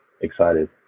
excited